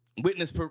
Witness